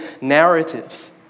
narratives